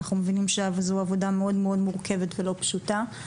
אנחנו מבינים שזו עבודה מאוד מאוד מורכבת ולא פשוטה.